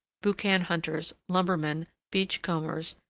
boucan-hunters, lumbermen, beach-combers,